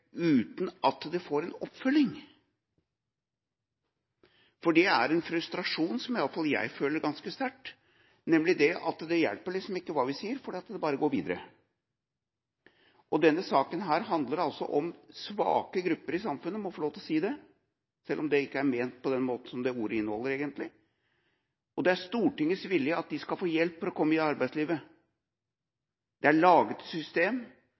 uten at det får en oppfølging. Det er en frustrasjon, som iallfall jeg føler ganske sterkt – nemlig det at det hjelper liksom ikke hva vi sier, for det går bare videre. Denne saken handler altså om svake grupper i samfunnet – jeg må få lov til å si det, selv om det ikke er ment i betydningen av ordet – og det er Stortingets vilje at de skal få hjelp for å komme i arbeidslivet. Det er laget system,